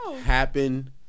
happen